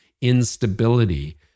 instability